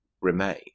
remain